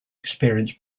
experience